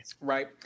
Right